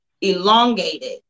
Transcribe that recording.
elongated